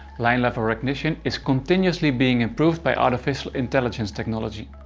line level recognition is continuously being improved by artificial intelligence technology.